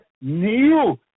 new